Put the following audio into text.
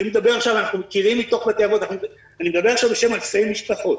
אני מדבר עכשיו בשם אלפי משפחות: